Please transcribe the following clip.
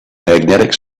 magnetic